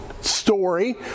story